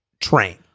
train